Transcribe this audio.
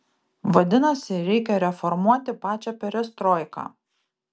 vadinasi reikia reformuoti pačią perestroiką